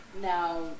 now